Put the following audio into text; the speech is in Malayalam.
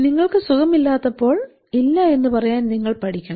നിങ്ങൾക്ക് സുഖമില്ലാത്തപ്പോൾ ഇല്ല എന്ന് പറയാൻ നിങ്ങൾ പഠിക്കണം